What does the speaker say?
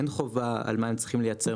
אין חובה על מה הם צריכים לייצר,